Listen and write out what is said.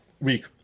week